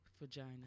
Vagina